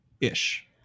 ish